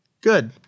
Good